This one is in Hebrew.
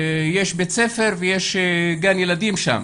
יש בית ספר ויש גן ילדים שם.